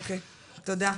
אוקיי, תודה.